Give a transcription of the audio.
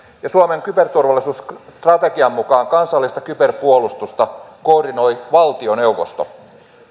ja suomen kyberturvallisuusstrategian mukaan kansallista kyberpuolustusta koordinoi valtioneuvosto